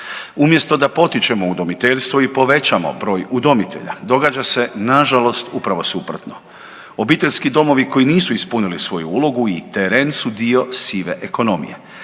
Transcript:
Umjesto da potičemo udomiteljstvo i povećamo broj udomitelja događa se na žalost upravo suprotno. Obiteljski domovi koji nisu ispunili svoju ulogu i teren su dio sive ekonomije.